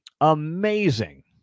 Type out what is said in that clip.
Amazing